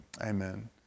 Amen